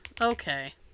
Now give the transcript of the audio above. okay